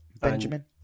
Benjamin